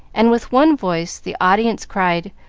and with one voice the audience cried,